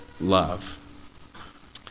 love